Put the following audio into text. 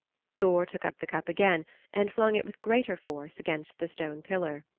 thor took up the cup again and flung it with greater force against the stone pillar.